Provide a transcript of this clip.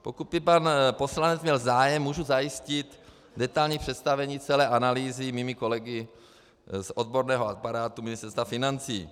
Pokud by pan poslanec měl zájem, mohu zajistit detailní představení celé analýzy mými kolegy z odborného aparátu Ministerstva financí.